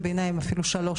אפילו שלוש,